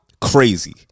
crazy